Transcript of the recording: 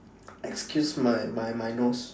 excuse my my my nose